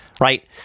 right